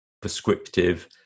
prescriptive